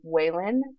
Waylon